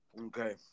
Okay